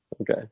Okay